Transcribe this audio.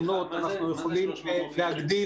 מה זה 300 רופאים מקבלים אבטלה?